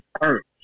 hurt